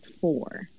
four